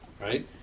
right